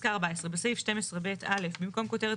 פסקה 14. "בסעיף 12 (ב') א' במקום כותרת